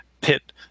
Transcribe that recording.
pit